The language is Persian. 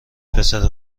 پسر